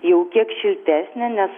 jau kiek šiltesnė nes